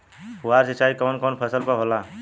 फुहार सिंचाई कवन कवन फ़सल पर होला?